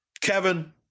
Kevin